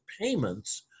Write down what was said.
payments